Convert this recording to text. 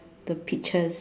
the peaches